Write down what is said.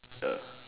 the